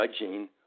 judging